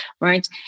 right